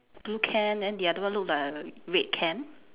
blue can then the other one look like a red can